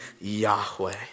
Yahweh